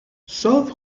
south